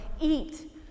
Eat